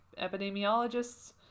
Epidemiologists